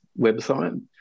website